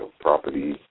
property